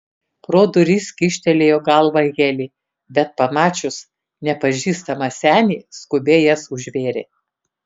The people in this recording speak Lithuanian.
pro duris kyštelėjo galvą heli bet pamačius nepažįstamą senį skubiai jas užvėrė